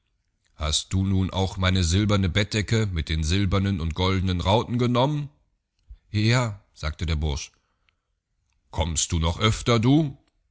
hast du nun auch meine silberne bettdecke mit den silbernen und goldnen rauten genommen ja a sagte der bursch kommst du noch öfter du